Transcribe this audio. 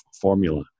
formula